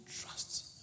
trust